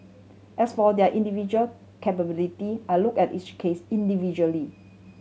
as for their individual culpability I look at each case individually